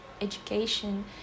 education